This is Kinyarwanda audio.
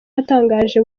atangaje